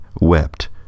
wept